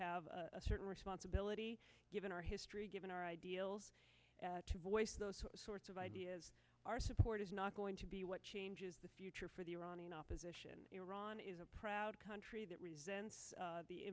have a certain responsibility given our history given our ideals to voice those sorts of ideas our support is not going to be what changes the future for the iranian opposition iran is a proud country that resents